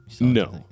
No